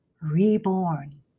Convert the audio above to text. reborn